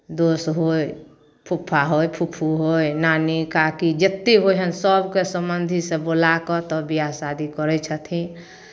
दोस होय फुफ्फा होय फुफ्फू होय नानी काकी जतेक होइ हन सभके सम्बन्धी सभ बोला कऽ तब बियाह शादी करै छथिन